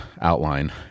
outline